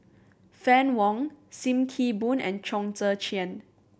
Fann Wong Sim Kee Boon and Chong Tze Chien